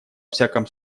всяком